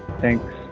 Thanks